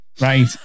Right